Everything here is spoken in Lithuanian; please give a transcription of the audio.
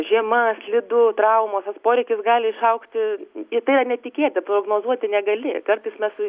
žiema slidu traumos tas poreikis gali išaugti ir tai yra netikėta prognozuoti negali kartais mes